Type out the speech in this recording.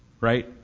Right